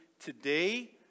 today